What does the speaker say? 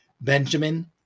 Benjamin